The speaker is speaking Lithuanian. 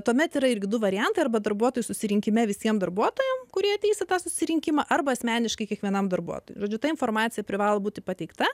tuomet yra ir du variantai arba darbuotojų susirinkime visiems darbuotojams kurie ateis į tą susirinkimą arba asmeniškai kiekvienam darbuotojui žodžiu ta informacija privalo būti pateikta